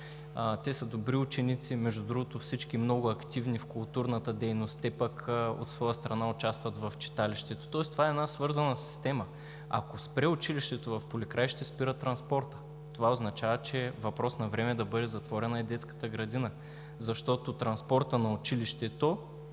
те са добри ученици, между другото, всички много активни в културната дейност. Те пък от своя страна участват в читалището. Тоест това е една свързана система. Ако спре училището в Поликраище, спира транспортът. Това означава, че въпрос на време е да бъде затворена и детската градина, защото транспортът на училището